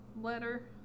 letter